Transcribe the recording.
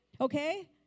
okay